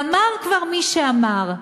ואמר כבר מי שאמר,